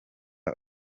ari